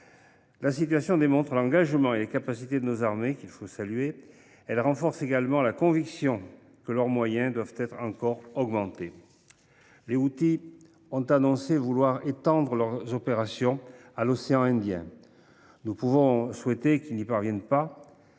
situation démontre l’engagement et les capacités de nos armées, qu’il convient de saluer. Elle renforce également notre conviction que leurs moyens doivent encore être augmentés. Les Houthis ont annoncé vouloir étendre leurs opérations à l’océan Indien. Nous devons souhaiter qu’ils n’y parviennent pas,